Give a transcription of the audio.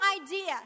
idea